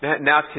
Now